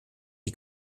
die